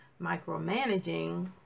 micromanaging